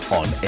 on